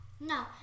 no